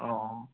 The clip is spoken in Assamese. অঁ